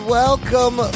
welcome